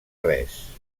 res